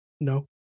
No